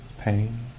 pain